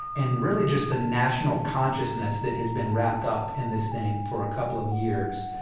and really just the national consciousness that has been wrapped up in this thing for a couple of years,